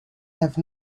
have